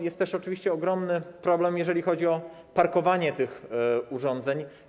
Jest też oczywiście ogromny problem, jeżeli chodzi o parkowanie tych urządzeń.